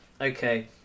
okay